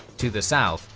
to the south,